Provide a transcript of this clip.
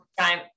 time